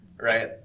Right